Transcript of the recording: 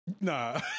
Nah